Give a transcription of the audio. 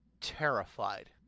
terrified